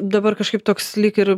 dabar kažkaip toks lyg ir